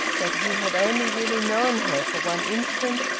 that he had only really known her for one instant,